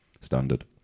standard